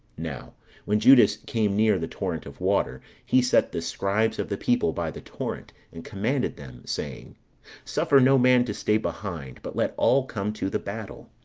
now when judas came near the torrent of water, he set the scribes of the people by the torrent, and commanded them, saying suffer no man to stay behind but let all come to the battle.